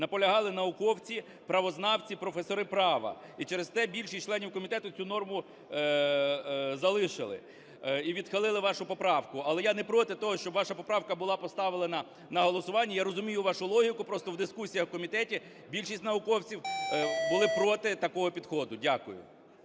наполягали науковці, правознавці, професори права. І через те більшість членів комітету цю норму залишили і відхилили вашу поправку. Але я не проти того, щоб ваша поправка була поставлена на голосування. Я розумію вашу логіку, просто в дискусіях в комітеті більшість науковців були проти такого підходу. Дякую.